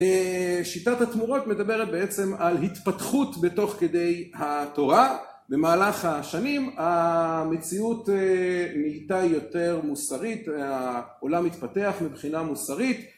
שיטת התמורות מדברת בעצם על התפתחות בתוך כדי התורה, במהלך השנים המציאות נהייתה יותר מוסרית, העולם התפתח מבחינה מוסרית.